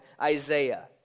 Isaiah